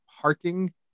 parking